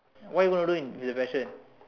won't even look into your passion